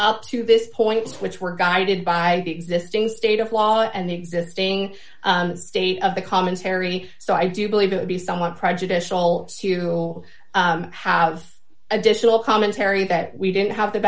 up to this point which were guided by the existing state of law and the existing state of the commentary so i do believe it would be somewhat prejudicial to have additional commentary that we don't have the